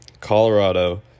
Colorado